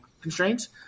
constraints